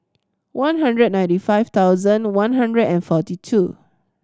one hundred ninety five thousand one hundred and forty two